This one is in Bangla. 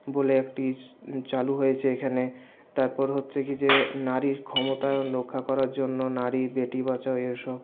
বলে একটি চালু হয়েছে এখানে তারপর হচ্ছে কী যে নারীর ক্ষমতায়ন রক্ষা করার জন্য নারী বেটি বাঁচাও এসব